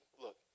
look